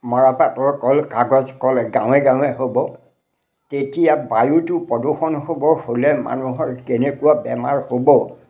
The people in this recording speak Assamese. মৰাপাটৰ কল কাগজ কল গাঁৱে গাঁৱে হ'ব তেতিয়া বায়ুটো প্ৰদূষণ হ'ব হ'লে মানুহৰ কেনেকুৱা বেমাৰ হ'ব